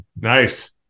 Nice